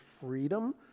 freedom